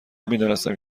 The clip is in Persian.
میدانستم